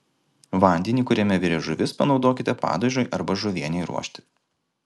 vandenį kuriame virė žuvis panaudokite padažui arba žuvienei ruošti